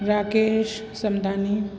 Rakesh Samtani